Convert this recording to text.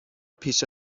پیش